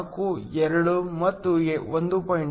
4 2 ಮತ್ತು 1